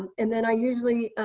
and then i usually,